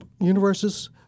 universes